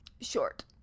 short